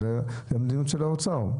זו המדיניות של האוצר,